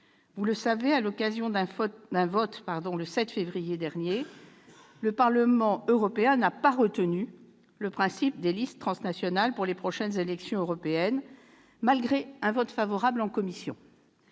Vous le savez, à l'occasion d'un vote le 7 février dernier, le Parlement européen n'a pas retenu le principe des listes transnationales pour les prochaines élections européennes, malgré un vote favorable en commission.